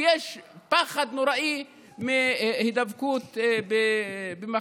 ויש פחד נוראי מהידבקות במחלה,